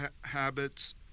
habits